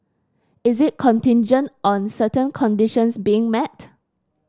is it contingent on certain conditions being met